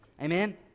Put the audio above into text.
Amen